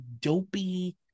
dopey